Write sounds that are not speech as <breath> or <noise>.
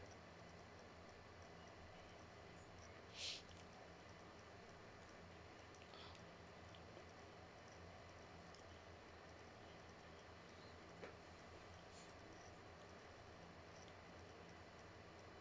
<breath>